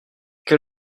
quel